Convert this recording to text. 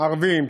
ערבים,